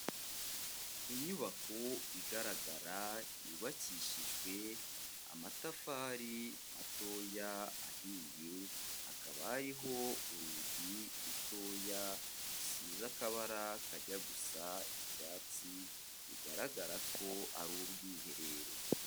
Inyubako igaragara yubakishijwe amatafari matoya ahiye, hakaba hariho urugi rutoya rusize akabara kajya gusa icyatsi, bigaragara ko ari ubwiherero.